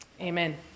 amen